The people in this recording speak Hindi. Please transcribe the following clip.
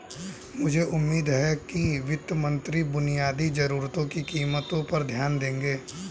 मुझे उम्मीद है कि वित्त मंत्री बुनियादी जरूरतों की कीमतों पर ध्यान देंगे